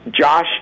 Josh